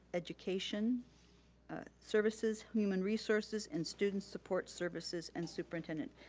education services, human resources, and student support services and superintendent.